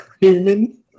Human